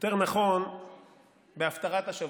יותר נכון הפטרת השבוע: